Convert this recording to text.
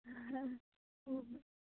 हं